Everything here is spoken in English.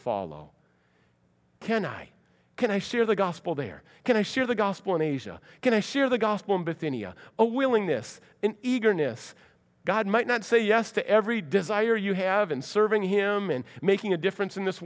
follow can i can i share the gospel there can i share the gospel in asia can i share the gospel but the anea a willingness in eagerness god might not say yes to every desire you have in serving him and making a difference in this